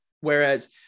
whereas